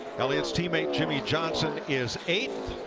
while his teammates, jimmie johnson, is ace.